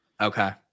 Okay